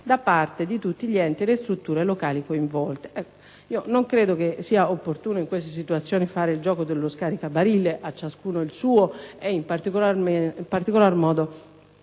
da parte di tutti gli enti e le strutture locali coinvolte». Non credo sia opportuno in questa situazione fare lo scaricabarile, a ciascuno il suo e, in particolar modo,